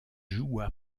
joua